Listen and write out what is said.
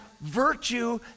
virtue